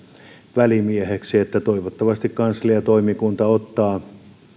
välimieheksi toivottavasti kansliatoimikunta sitten ottaa